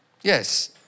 Yes